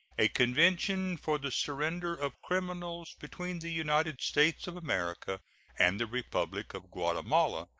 a convention for the surrender of criminals between the united states of america and the republic of guatemala,